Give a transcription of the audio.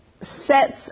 sets